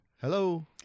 Hello